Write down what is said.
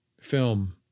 film